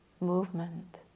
movement